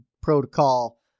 protocol